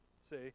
See